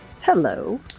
Hello